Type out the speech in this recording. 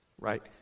right